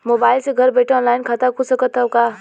Mobile से घर बैठे ऑनलाइन खाता खुल सकत हव का?